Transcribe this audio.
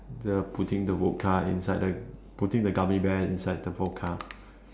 the putting the vodka inside the putting the gummy bear inside the vodka